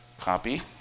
Copy